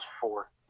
four